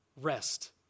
rest